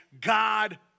God